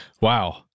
Wow